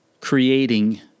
creating